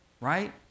right